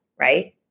right